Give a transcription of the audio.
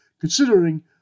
Considering